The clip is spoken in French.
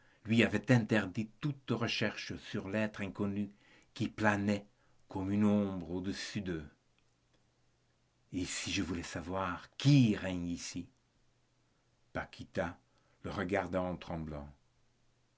lui avait interdit toute recherche sur l'être inconnu qui planait comme une ombre au-dessus d'eux et si je voulais savoir qui règne ici paquita le regarda en tremblant